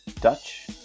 Dutch